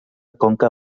conca